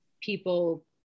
people